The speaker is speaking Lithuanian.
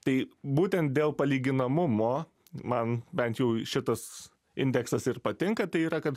tai būtent dėl palyginamumo man bent jau šitas indeksas ir patinka tai yra kad